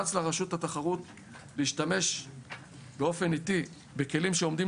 מומלץ לרשות התחרות להשתמש באופן עיתי בכלים שעומדים